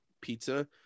pizza